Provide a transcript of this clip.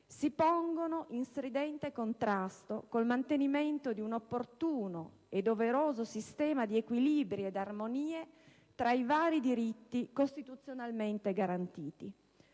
si pongono in stridente contrasto con il mantenimento di un opportuno e doveroso sistema di equilibri e armonie tra i vari diritti costituzionalmente garantiti: